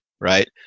right